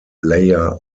layer